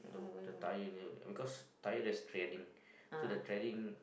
uh the the tyre near the becuase tyres there's threading so the threading